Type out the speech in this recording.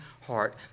heart